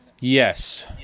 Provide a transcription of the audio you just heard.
yes